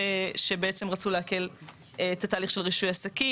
שבעצם רצו להקל את התהליך של רישוי עסקים.